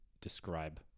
describe